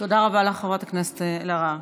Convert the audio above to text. תודה רבה לך, חברת הכנסת אלהרר.